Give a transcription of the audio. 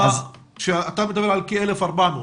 אתה מדבר על כ-1,400.